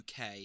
uk